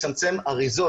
לצמצם אריזות.